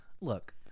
look